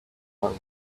are